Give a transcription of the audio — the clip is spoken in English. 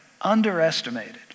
underestimated